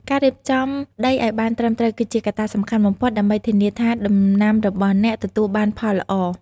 ការរៀបចំដីឱ្យបានត្រឹមត្រូវគឺជាកត្តាសំខាន់បំផុតដើម្បីធានាថាដំណាំរបស់អ្នកទទួលបានផលល្អ។